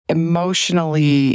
emotionally